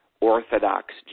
orthodox